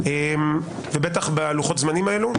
ובטח בלוחות הזמנים האלו,